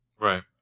Right